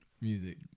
music